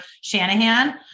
Shanahan